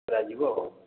କରାଯିବ ଆଉ